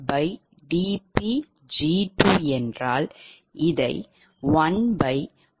14 0